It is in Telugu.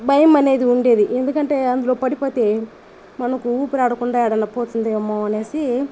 భయం అనేది ఉండేది ఎందుకంటే అందులో పడిపోతే మనకు ఊపిరి ఆడకుండా ఏడన్న పోతుందేమో అనేసి